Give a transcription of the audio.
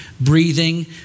breathing